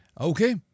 Okay